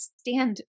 stand